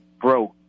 broke